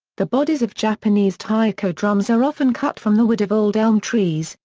the bodies of japanese taiko drums are often cut from the wood of old elm trees,